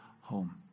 home